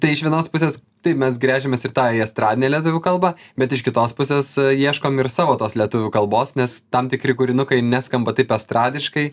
tai iš vienos pusės taip mes gręžiamės ir tą į estradinę lietuvių kalbą bet iš kitos pusės ieškom ir savo tos lietuvių kalbos nes tam tikri kūrinukai neskamba taip estradiškai